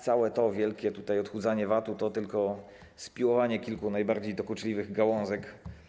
Całe wielkie odchudzanie VAT-u to tylko spiłowanie kilku najbardziej dokuczliwych gałązek.